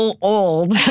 old